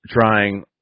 trying